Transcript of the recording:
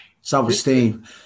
Self-esteem